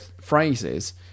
phrases